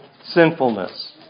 sinfulness